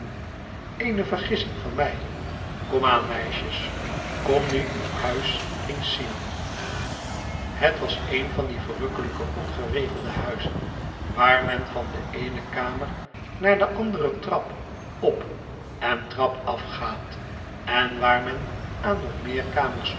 eene vergissing van mij kom aan meisjes kom nu uw huis eens zien het was een van die verrukkelijke ongeregelde huizen waar men van de eene kamer naar de andere trap op en trap af gaat en waar men aan nog meer